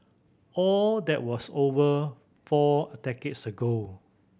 all that was over four decades ago